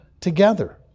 together